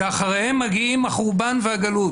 שאחריהם מגיעים החורבן והגלות.